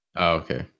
okay